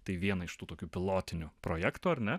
tai vieną iš tų tokių pilotinių projektų ar ne